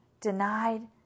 denied